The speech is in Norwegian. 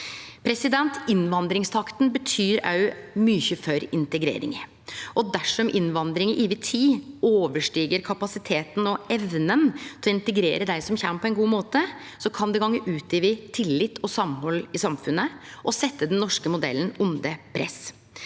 Innvandringstakten betyr òg mykje for integreringa. Dersom innvandring over tid overstig kapasiteten og evna til å integrere dei som kjem, på ein god måte, kan det gå ut over tillit og samhald i samfunnet og setje den norske modellen under press.